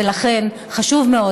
ולכן חשוב מאוד,